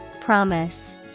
Promise